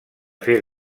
fer